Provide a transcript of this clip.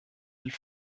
îles